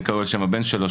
אני קרוי על שם הבן שלו,